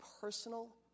personal